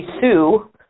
Sue